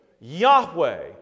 Yahweh